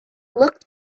looked